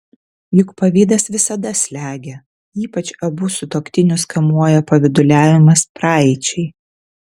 juk pavydas visada slegia ypač abu sutuoktinius kamuoja pavyduliavimas praeičiai